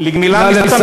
לגמילה מסמים?